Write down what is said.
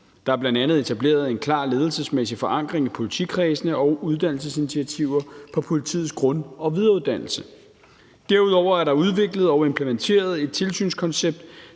Der er bl.a. etableret en klar ledelsesmæssig forankring i politikredsene og uddannelsesinitiativer på politiets grund- og videreuddannelse. Derudover er der udviklet og implementeret et tilsynskoncept,